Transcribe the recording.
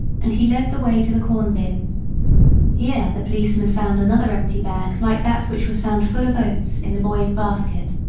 and he led the way to the corn-bin. here the policeman found another empty bag like that which was found full of oats in the boy's basket.